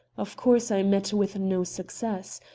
of course, i met with no success.